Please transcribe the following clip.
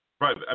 Right